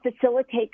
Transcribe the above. facilitate